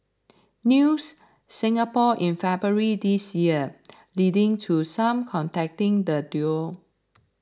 News Singapore in February this year leading to some contacting the duo